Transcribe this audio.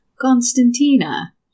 Constantina